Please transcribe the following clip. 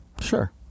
Sure